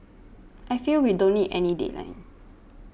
I feel we don't need any deadline